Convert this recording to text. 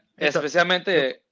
especialmente